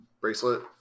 bracelet